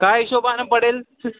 काय हिशोबाानं पडेल